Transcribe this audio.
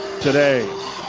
today